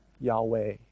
Yahweh